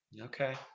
Okay